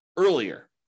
earlier